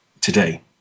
today